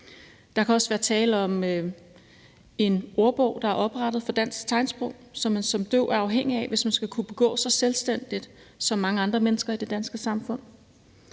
Der kan også være tale om en ordbog for dansk tegnsprog, der er blevet oprettet, og som man som døv jo er afhængig af, hvis man skal kunne begå sig selvstændigt som mange andre mennesker i det danske samfund.